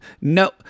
no